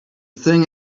thing